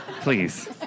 Please